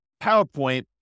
PowerPoint